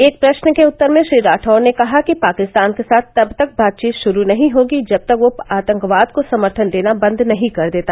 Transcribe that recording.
एक प्रश्न के उत्तर में श्री राठौड़ ने कहा कि पाकिस्तान के साथ तब तक बातचीत शुरू नहीं होगी जब तक वह आतंकवाद को समर्थन देना बंद नहीं कर देता